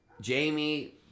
Jamie